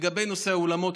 לגבי נושא האולמות,